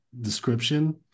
description